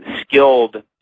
skilled